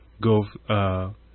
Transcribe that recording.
go